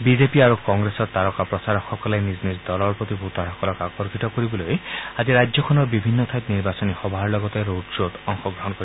BJP আৰু কংগ্ৰেছৰ তাৰকা প্ৰচাৰকসকলে নিজ নিজ দলৰ প্ৰতি ভোটাৰসকলক আকৰ্ষিত কৰিবলৈ আজি ৰাজ্যখনৰ বিভিন্ন ঠাইত নিৰ্বাচনী সভাৰ লগতে ৰ'ড শব্দত অংশগ্ৰহণ কৰিব